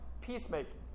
peacemaking